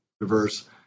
diverse